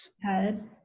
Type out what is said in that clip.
head